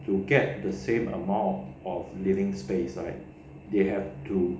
to get the same amount of living space right